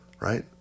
right